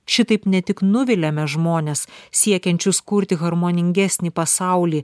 šitaip ne tik nuviliame žmones siekiančius kurti harmoningesnį pasaulį